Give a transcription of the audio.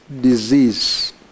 disease